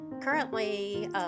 Currently